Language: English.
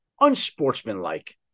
unsportsmanlike